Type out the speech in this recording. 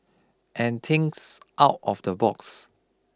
and thinks out of the box